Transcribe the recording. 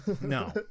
No